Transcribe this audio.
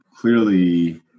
clearly